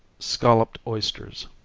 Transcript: scolloped oysters.